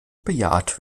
bejaht